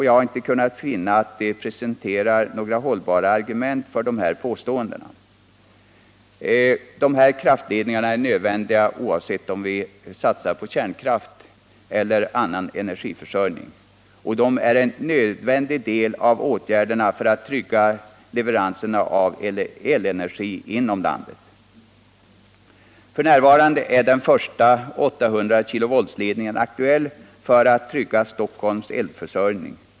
Jag har inte kunnat finna att centern presenterat några hållbara argument för dessa påståenden. Dessa kraftledningar är nödvändiga oavsett om vi satsar på kärnkraft eller på annan energiförsörjning. Och de utgör en del av de nödvändiga åtgärderna för att trygga leveranserna av elenergi inom landet. F.n. är den första 800-kV-ledningen aktuell för att trygga Stockholms elförsörjning.